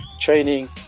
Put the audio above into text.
training